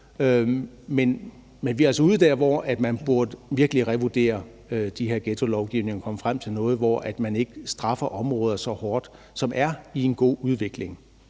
men vi er altså ude der, hvor man virkelig burde revurdere de her ghettolovgivninger og komme frem til noget, hvor man ikke straffer områder, som er i en god udvikling,